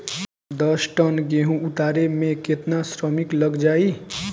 दस टन गेहूं उतारे में केतना श्रमिक लग जाई?